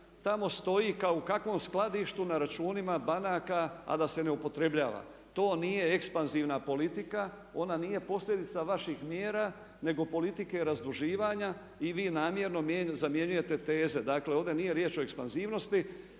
tamo stoji kao u kakvom skladištu na računima banaka a da se ne upotrebljava. To nije ekspanzivna politika, ona nije posljedica vaših mjera nego politike razduživanja i vi namjerno zamjenjujete teze. Dakle, ovdje nije riječ o ekspanzivnosti